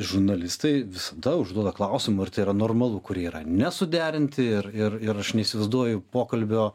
žurnalistai visada užduoda klausimų ir tai yra normalu kuri yra nesuderinti ir ir ir aš neįsivaizduoju pokalbio